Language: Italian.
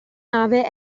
nave